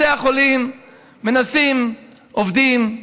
בתי החולים מנסים, עובדים,